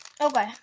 Okay